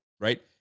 right